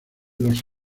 los